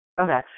Okay